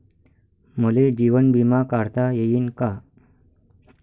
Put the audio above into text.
मले जीवन बिमा काढता येईन का?